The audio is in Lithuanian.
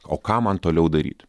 o ką man toliau daryt